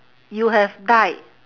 you have died